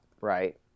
right